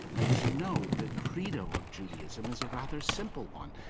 and, as you know, the credo of judaism is a rather simple one.